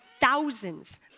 thousands